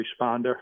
responder